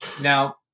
now